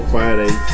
Friday